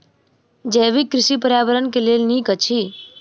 जैविक कृषि पर्यावरण के लेल नीक अछि